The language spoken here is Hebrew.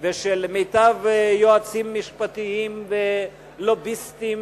ושל מיטב היועצים המשפטיים ולוביסטים